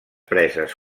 preses